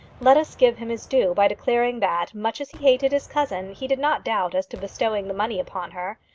let us give him his due by declaring that, much as he hated his cousin, he did not doubt as to bestowing the money upon her.